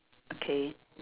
okay